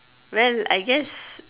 well I guess